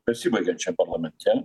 besibaigiančiam parlamente